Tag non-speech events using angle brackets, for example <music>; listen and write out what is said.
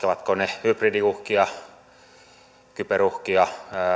<unintelligible> ovatko ne hybridiuhkia kyberuhkia